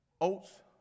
oats